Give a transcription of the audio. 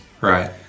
Right